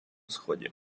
сході